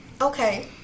Okay